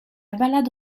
balade